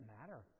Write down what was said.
matter